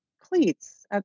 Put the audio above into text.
cleats